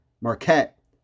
Marquette